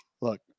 look